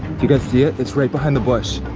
you guys see it? it's right behind the bush,